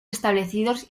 establecidos